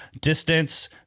distance